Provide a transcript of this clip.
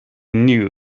knew